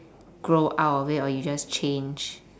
grow out of it or you just change